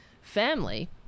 family